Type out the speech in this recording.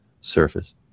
surface